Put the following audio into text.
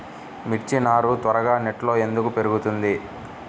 మిర్చి నారు త్వరగా నెట్లో ఎందుకు పెరుగుతుంది?